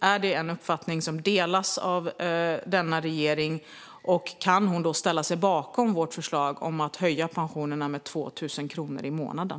Är det en uppfattning som delas av denna regering, och kan statsministern ställa sig bakom vårt förslag om att höja pensionerna med 2 000 kronor i månaden?